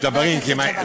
חבר הכנסת ג'בארין.